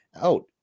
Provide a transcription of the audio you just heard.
out